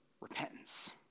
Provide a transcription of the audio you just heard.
repentance